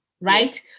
right